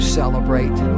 celebrate